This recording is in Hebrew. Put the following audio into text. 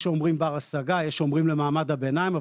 יש אומרים דיור בר השגה ויש אומרים דיור למעמד הביניים,